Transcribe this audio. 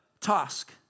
task